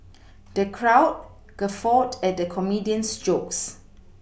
the crowd guffawed at the comedian's jokes